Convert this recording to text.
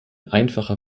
einfacher